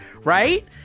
right